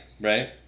right